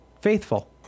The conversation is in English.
faithful